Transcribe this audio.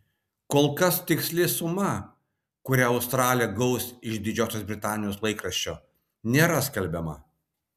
kol kas tiksli suma kurią australė gaus iš didžiosios britanijos laikraščio nėra skelbiama